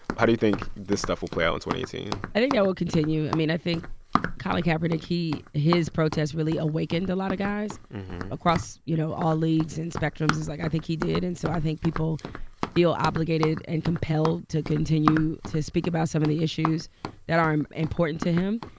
how do you think this stuff will play out in two thousand and eighteen? i think that will continue. i mean, i think colin kaepernick he his protest really awakened a lot of guys across, you know, all leagues and spectrums. it's like, i think he did. and so i think people feel obligated and compelled to continue to speak about some of the issues that are important to him.